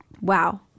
Wow